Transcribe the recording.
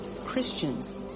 Christians